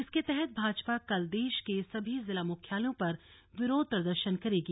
इसके तहत भाजपा कल देश के सभी जिला मुख्यालयों पर विरोध प्रदर्शन करेगी